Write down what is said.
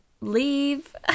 leave